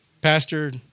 Pastor